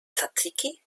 tsatsiki